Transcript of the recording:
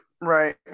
right